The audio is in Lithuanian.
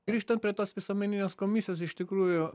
grįžtam prie tos visuomeninės komisijos iš tikrųjų